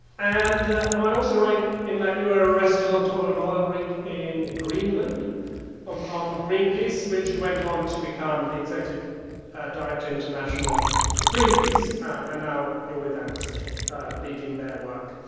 and am i also right in that you were arrested on top of an oil rig in greenland on behalf of greenpeace, which you went on to become the executive director international of greenpeace, and now you're with amnesty leading their work?